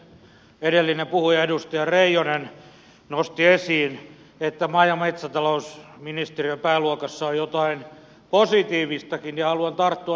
edellinen puhuja edustaja reijonen nosti esiin että maa ja metsätalousministeriön pääluokassa on jotain positiivistakin ja haluan tarttua yhteen